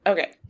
Okay